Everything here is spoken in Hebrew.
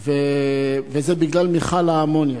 וזה בגלל מכל האמוניה.